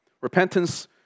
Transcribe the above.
Repentance